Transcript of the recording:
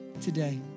Today